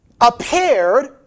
appeared